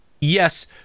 yes